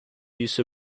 use